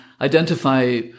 identify